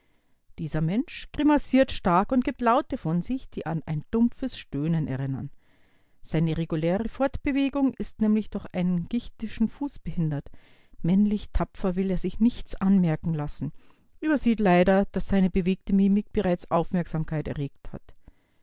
dieser mensch grimassiert stark und gibt laute von sich die an ein dumpfes stöhnen erinnern seine reguläre fortbewegung ist nämlich durch einen gichtischen fuß behindert männlich tapfer will er sich nichts anmerken lassen übersieht leider daß seine bewegte mimik bereits aufmerksamkeit erregt hat